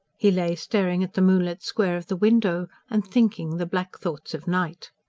he lay staring at the moonlit square of the window, and thinking the black thoughts of night.